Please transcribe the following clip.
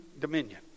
dominion